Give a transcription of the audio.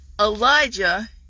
Elijah